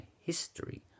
history